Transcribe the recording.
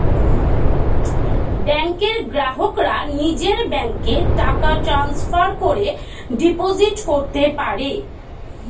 ব্যাংকের গ্রাহকরা নিজের ব্যাংকে টাকা ট্রান্সফার করে ডিপোজিট করতে পারে